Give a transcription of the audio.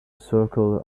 circle